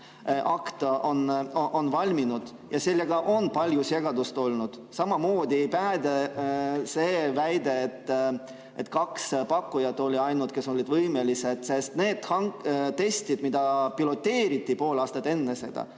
akt on valminud ja sellega on palju segadust olnud, samamoodi ei päde see väide, et oli ainult kaks pakkujat, kes olid võimelised. Sest need testid, mida piloteeriti pool aastat enne seda,